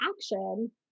action